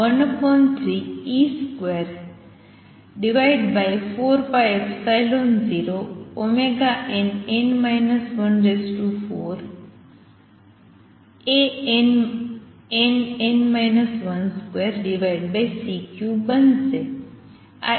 તેથી આ 13e24π0nn 14Ann 12c3 બનશે